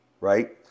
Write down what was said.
right